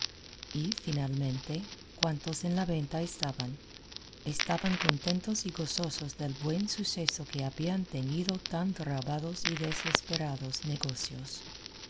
y finalmente cuantos en la venta estaban estaban contentos y gozosos del buen suceso que habían tenido tan trabados y desesperados negocios todo lo